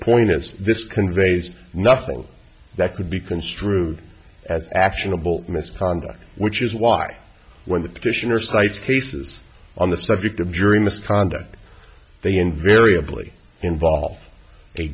point is this conveys nothing that could be construed as actionable misconduct which is why when the petitioner cites cases on the subject of jury misconduct they invariably involve a